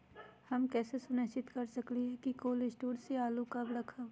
हम कैसे सुनिश्चित कर सकली ह कि कोल शटोर से आलू कब रखब?